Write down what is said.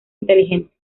inteligente